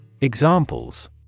Examples